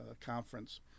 conference